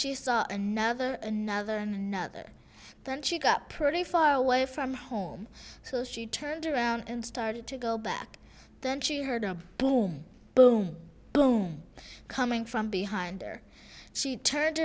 she saw another another and another then she got pretty far away from home so she turned around and started to go back then she heard a boom boom boom coming from behind she turned